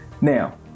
now